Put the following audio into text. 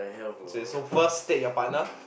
say so first state your partner